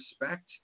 respect